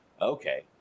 okay